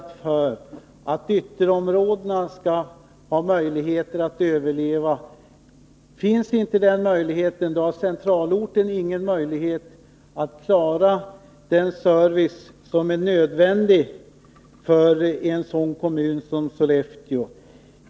För egen del har jag under många års kommunal funktion alltid verkat för att ytterområdena skall ha möjlighet att överleva. Annars har centralorten inte möjlighet att klara den service som är nödvändig i en kommun som Sollefteå.